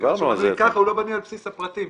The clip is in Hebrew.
אם כך הוא לא בנוי על בסיס הפרטים.